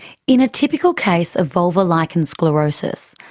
in a typical case of vulvar lichen sclerosus,